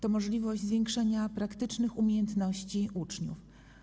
To możliwość zwiększenia praktycznych umiejętności uczniów.